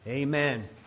Amen